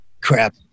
crap